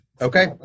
Okay